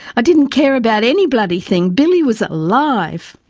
i didn't care about any bloody thing. billy was alive.